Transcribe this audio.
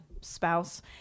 spouse